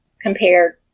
compared